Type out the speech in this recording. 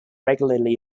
regularly